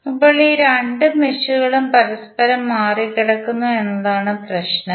ഇപ്പോൾ ഈ രണ്ട് മെഷുകളും പരസ്പരം മറികടക്കുന്നു എന്നതാണ് പ്രശ്നം